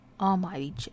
Almighty